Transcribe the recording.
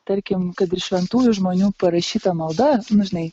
tarkim kad ir šventųjų žmonių parašyta malda nu žinai